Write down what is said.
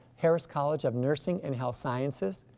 harris college of nursing and health sciences,